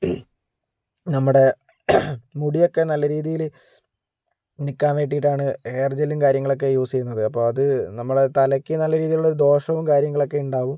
നമ്മുടെ മുടിയൊക്കെ നല്ല രീതിയില് നിൽക്കാൻ വേണ്ടിയിട്ടാണ് ഹെയർ ജെല്ലും കാര്യങ്ങളൊക്കെ യൂസ് ചെയ്യുന്നത് അപ്പോൾ അത് നമ്മളുടെ തലയ്ക്ക് നല്ല രീതിയിലുള്ള ദോഷവും കാര്യങ്ങളൊക്കെ ഉണ്ടാവും